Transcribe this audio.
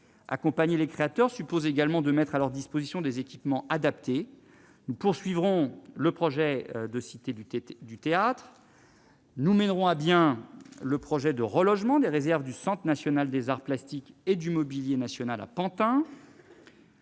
Accompagner les créateurs suppose également de mettre à leur disposition des équipements adaptés. Nous poursuivrons le projet de Cité du théâtre. Nous mènerons à bien le projet de relogement, à Pantin, des réserves du Centre national des arts plastiques (CNAP) et du Mobilier national. Enfin,